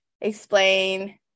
explain